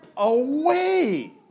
Away